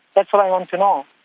that's what i want to know.